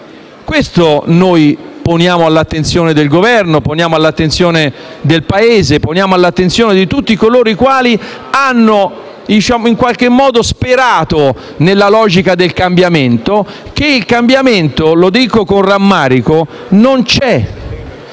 questo tema all'attenzione del Governo, del Paese e di tutti coloro i quali hanno sperato nella logica del cambiamento: il cambiamento - lo dico con rammarico - non c'è,